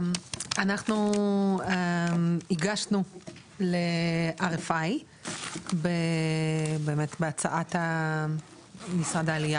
אנחנו הגשנו ל-RFI בהצעת משרד העלייה